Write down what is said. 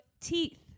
teeth